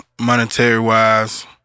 monetary-wise